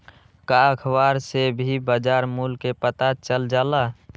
का अखबार से भी बजार मूल्य के पता चल जाला?